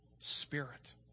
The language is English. spirit